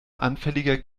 anfälliger